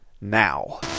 now